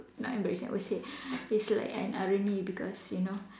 not embarassing I would say it's like an irony because you know